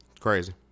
crazy